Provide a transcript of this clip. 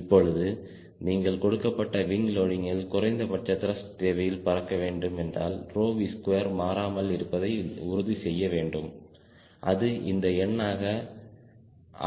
இப்பொழுது நீங்கள் கொடுக்கப்பட்ட விங் லோடிங்ல் குறைந்தபட்ச த்ருஷ்ட் தேவையில் பறக்க வேண்டும் என்றால் V2மாறாமல் இருப்பதை உறுதி செய்ய வேண்டும் அது இந்த எண்ணாக